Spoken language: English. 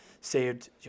saved